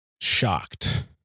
shocked